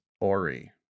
Ori